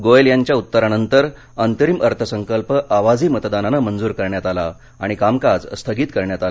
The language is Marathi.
गोयल यांच्या उत्तरानंतर अंतरिम अर्थसंकल्प आवाजी मतदानानं मंजूर करण्यात आला आणि कामकाज स्थगित करण्यात आलं